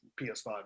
PS5